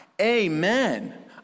amen